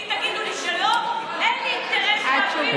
אם תגידו לי שלא, אין לי אינטרס להפיל את זה.